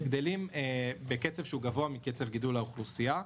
גדלים בקצב שהוא גבוה מקצב גידול האוכלוסייה.